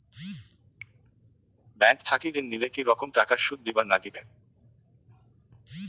Bank থাকি ঋণ নিলে কি রকম টাকা সুদ দিবার নাগিবে?